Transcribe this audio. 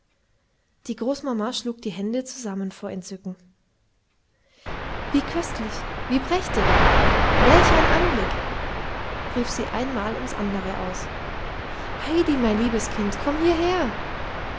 die großmama schlug die hände zusammen vor entzücken wie köstlich wie prächtig welch ein anblick rief sie ein mal ums andere aus heidi mein liebes kind komm hierher